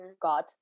god